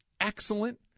excellent